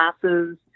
classes